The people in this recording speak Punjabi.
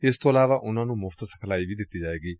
ਇਸ ਤੋਂ ਇਲਾਵਾ ਉਨ੍ਹਾਂ ਨ੍ਹੰ ਮੁਫ਼ਤ ਸਿਖਲਾਈ ਵੀ ਦਿੱਤੀ ਜਾਏਗੀ